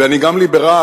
ואני גם ליברל,